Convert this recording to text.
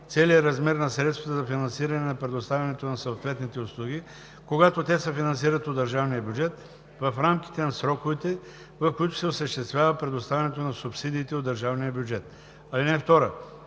целия размер на средствата за финансиране на предоставянето на съответните услуги, когато те се финансират от държавния бюджет, в рамките на сроковете, в които се осъществява предоставянето на субсидиите от държавния бюджет. (2) Кметът